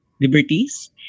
liberties